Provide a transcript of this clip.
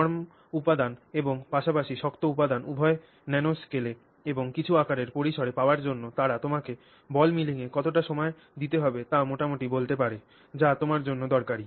নরম উপাদান এবং পাশাপাশি শক্ত উপাদান উভয়ই ন্যানোস্কেলে এবং কিছু আকারের পরিসরে পাওয়ার জন্য তারা তোমাকে বল মিলিংয়ে কতটা সময় দিতে হবে তা মোটামুটি বলতে পারে যা তোমার জন্য দরকারি